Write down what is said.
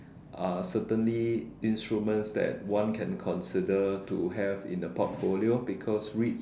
uh certainly instruments that one can consider to have in the portfolio because R_E_I_T_S